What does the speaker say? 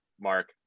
Mark